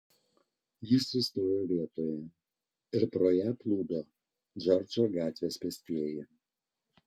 ji sustojo vietoje ir pro ją plūdo džordžo gatvės pėstieji